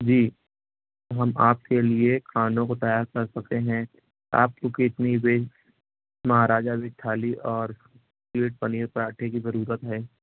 جی ہم آپ کے لیے کھانوں کو تیار کر چکے ہیں آپ کو کتنی ویج مہاراجہ کی تھالی اور ویج پنیر پراٹھے کی ضرورت ہے